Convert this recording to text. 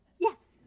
yes